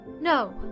No